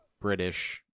British